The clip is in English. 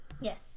Yes